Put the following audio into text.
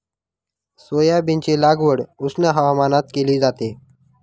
सोयाबीनची लागवड उष्ण हवामानात केली जाते